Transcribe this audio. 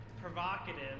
provocative